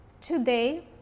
today